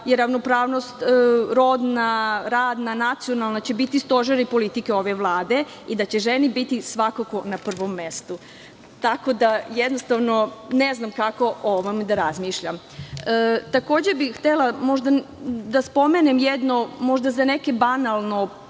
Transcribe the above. je ravnopravnost rodna, radna, nacionalna biće stožeri politike ove Vlade i da će žene biti svakako na prvom mestu. Tako da, jednostavno, ne znam kako o ovome da razmišljam. Takođe, bih htela da spomenem jedno, možda za neke banalno